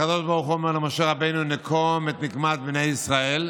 הקדוש ברוך הוא אומר למשה רבנו: נקום את נקמת בני ישראל,